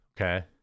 okay